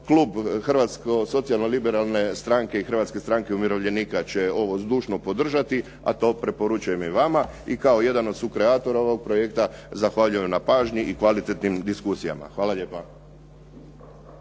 Klub Hrvatsko-socijalno liberalne stranke i Hrvatske stranke umirovljenika to zdušno podržati a to preporučujem i vama i kao jedan od sukreatora ovog projekta zahvaljujem na pažnji i kvalitetnim diskusijama. Hvala lijepa.